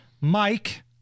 Mike